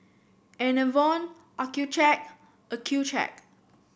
Enervon Accucheck Accucheck